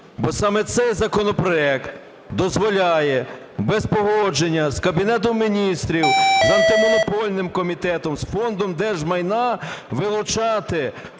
Бо саме цей законопроект дозволяє без погодження з Кабінетом Міністрів, Антимонопольним комітетом, з Фондом держмайна вилучати